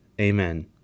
Amen